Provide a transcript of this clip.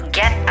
get